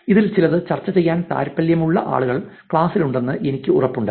ഇതിൽ ചിലത് ചർച്ച ചെയ്യാൻ താൽപ്പര്യമുള്ള ആളുകൾ ക്ലാസ്സിൽ ഉണ്ടെന്ന് എനിക്ക് ഉറപ്പുണ്ട്